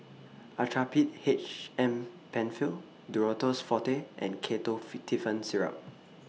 Actrapid H M PenFill Duro Tuss Forte and Ketotifen Syrup